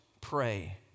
pray